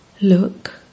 Look